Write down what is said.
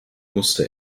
musste